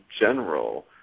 general